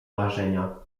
marzenia